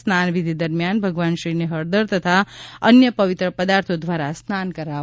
સ્નાનવિધિ દરમ્યાન ભગવાનશ્રીને હળદર તથા અન્ય પવિત્ર પદાર્થો દ્રારા સ્નાન કરાવવામાં આવ્યું